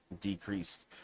decreased